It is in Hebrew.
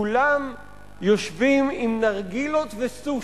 כולם יושבים עם נרגילות וסושי.